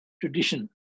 tradition